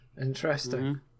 Interesting